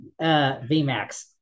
Vmax